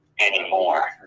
anymore